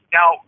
Now